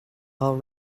all